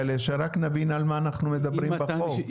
למשל,